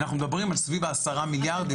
אנחנו מדברים על סביב ה-10 מיליארד.